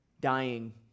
dying